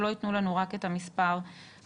שלא ייתנו לנו רק את המספר הנומינלי.